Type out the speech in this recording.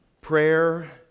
Prayer